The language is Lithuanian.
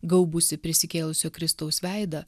gaubusį prisikėlusio kristaus veidą